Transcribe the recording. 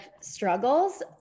struggles